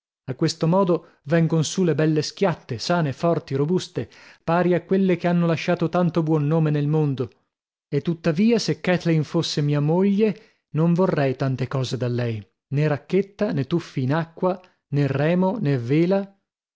a questo modo vengon su le belle schiatte sane forti robuste pari a quelle che hanno lasciato tanto buon nome nel mondo e tuttavia se kathleen fosse mia moglie non vorrei tante cose da lei nè racchetta nè tuffi in acqua nè remo nè vela